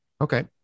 Okay